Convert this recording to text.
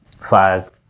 five